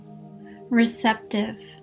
receptive